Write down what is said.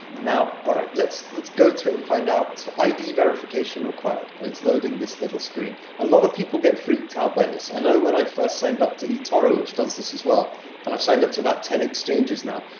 now, all right let's let's go to it, and find out. so id verification required and it's loading this little screen. a lot of people get freaked out by this. i know, when i first signed up to etoro, which does this as well and i've signed up to about ten exchanges now.